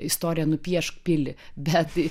istoriją nupiešk pilį bet